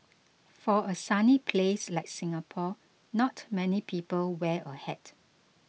for a sunny place like Singapore not many people wear a hat